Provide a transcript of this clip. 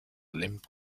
limp